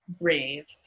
brave